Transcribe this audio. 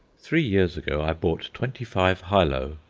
three years ago i bought twenty-five hyloe,